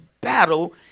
battle